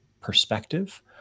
perspective